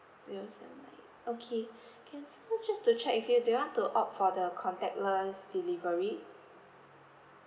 zero seven nine okay can so just to check with you do you want to opt for the contactless delivery